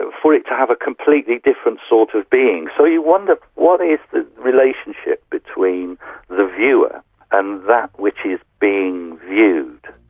ah for it to have a completely different sort of being. so you wonder, what is the relationship between the viewer and that which is being viewed?